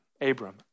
Abram